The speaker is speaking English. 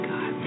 God